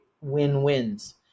win-wins